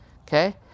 Okay